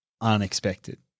unexpected